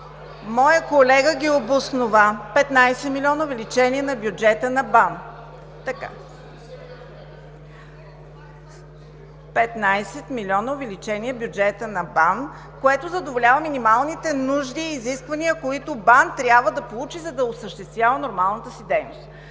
Моят колега ги обоснова – 15 милиона увеличение на бюджета на БАН, което задоволява минималните нужди и изисквания, които БАН трябва да получи, за да осъществява нормалната си дейност.